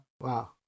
Wow